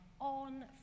on